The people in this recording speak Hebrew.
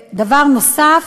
דבר נוסף,